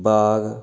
ਬਾਗ